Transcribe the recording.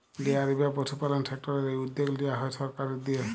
dairy বা পশুপালল সেক্টরের এই উদ্যগ লিয়া হ্যয় সরকারের দিঁয়ে